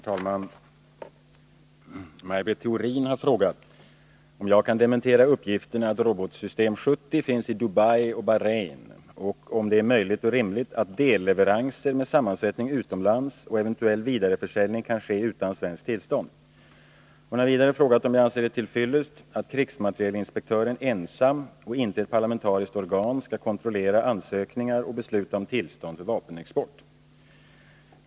Herr talman! Maj Britt Theorin har frågat om jag kan dementera uppgifterna att robotsystem 70 finns i Dubai och Bahrein och om det är möjligt och rimligt att delleveranser med sammansättning utomlands och eventuell vidareförsäljning kan ske utan svenskt tillstånd. Hon har vidare frågat om jag anser det till fyllest att krigsmaterielinspektören ensam och inte ett parlamentariskt organ skall kontrollera ansökningar och besluta om tillstånd för vapenexport.